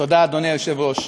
תודה, אדוני היושב-ראש.